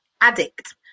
addict